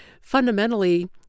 Fundamentally